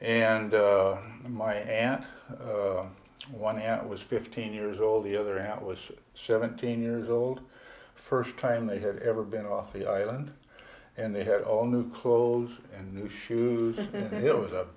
and my aunt one aunt was fifteen years old the other at was seventeen years old first time they had ever been off the island and they had all new clothes and new shoes and it was a